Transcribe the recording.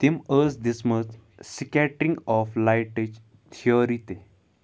تِم ٲس دِژمٕژ سکیٹرِنٛگ آف لایٹٕچ تھیوری تہِ